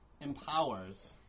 empowers